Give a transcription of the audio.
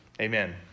Amen